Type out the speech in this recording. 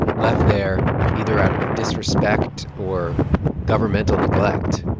left there either out of disrespect or governmental neglect.